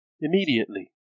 immediately